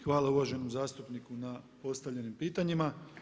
Hvala uvaženom zastupniku na postavljenim pitanjima.